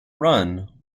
run